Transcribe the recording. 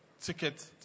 ticket